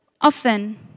often